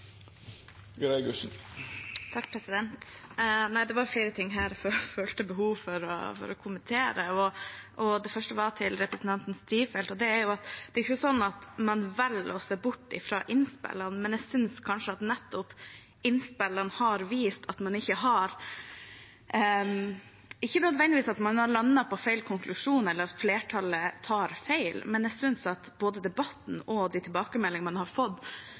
Det var flere ting her som jeg følte behov for å kommentere. Først til representanten Strifeldt: Det er jo ikke sånn at man velger å se bort fra innspillene, men jeg synes kanskje at nettopp innspillene har vist at man ikke nødvendigvis har landet på feil konklusjon, eller at flertallet tar feil, men at både debatten og de tilbakemeldingene man har fått